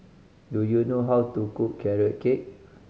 do you know how to cook Carrot Cake